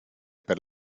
per